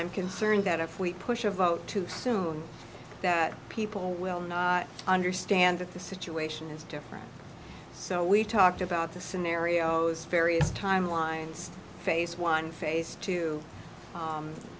i'm concerned that if we push a vote too soon that people will not understand that the situation is different so we talked about the scenarios various timelines face one face to